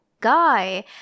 guy